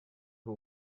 who